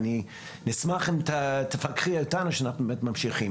נשמח אם תפקחי איתנו בהמשך.